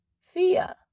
fear